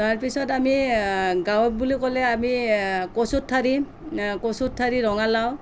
তাৰ পিছত আমি গাঁৱত বুলি ক'লে আমি কচু ঠাৰি কচু ঠাৰি ৰঙালাও